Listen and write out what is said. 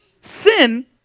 Sin